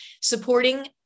Supporting